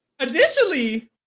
initially